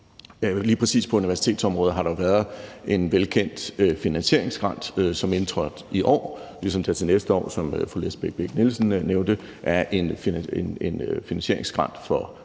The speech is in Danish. Lige præcis på universitetsområdet har der jo været en velkendt finansieringsskrænt, som indtrådte i år. Ligesom der til næste år, som fru Lisbeth Bech-Nielsen nævnte, er en finansieringsskrænt for Klimarådet,